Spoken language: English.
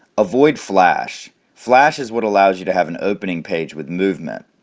avoid flash flash is what allows you to have an opening page with movement,